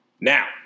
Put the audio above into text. Now